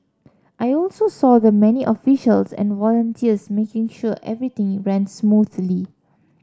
I also saw the many officials and volunteers making sure everything ran smoothly